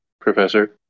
Professor